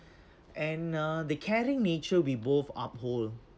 and uh the caring nature we both uphold